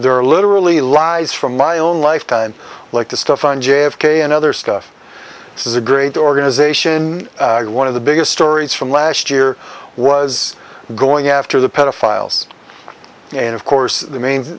are literally lies from my own life time like the stuff on j f k and other stuff this is a great organization one of the biggest stories from last year was going after the pedophiles and of course the main